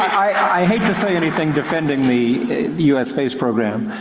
i hate to say anything defending the u s space program,